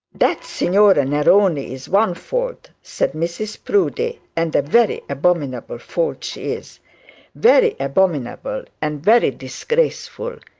that signora neroni is one fault said mrs proudie and a very abominable fault she is very abominable, and very disgraceful.